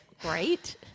great